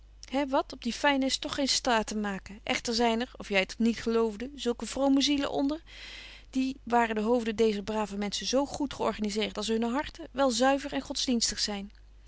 he wat op die fynen is toch geen staat te maken echter zyn er of jy t niet geloofde zulke vrome zielen onder die waren de hoofbetje wolff en aagje deken historie van mejuffrouw sara burgerhart den deezer brave menschen zo goed georganiseert als hunne harten wel zuiver en godsdienstig zyn